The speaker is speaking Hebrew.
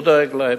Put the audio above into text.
הוא דואג לו.